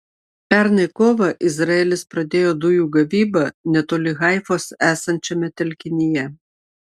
pernai kovą izraelis pradėjo dujų gavybą netoli haifos esančiame telkinyje